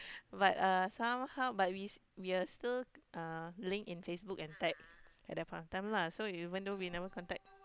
but uh somehow but we we are still uh link in Facebook and tag at that point of time lah so even though we never contact